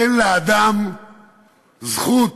אין לאדם זכות